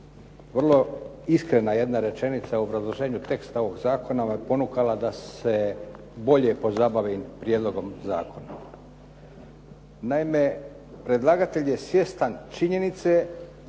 vrlo iskrena jedna rečenica u obrazloženju teksta ovoga zakona me ponukala da se bolje pozabavim prijedlogom zakona. Naime, predlagatelj je svjestan činjenice